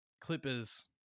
Clippers